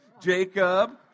Jacob